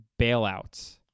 bailouts